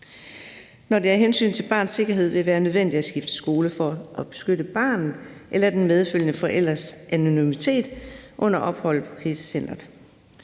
når det af hensyn til barnets sikkerhed vil være nødvendigt at skifte skole for at beskytte barnet eller den medfølgende forælders anonymitet under opholdet på krisecentret.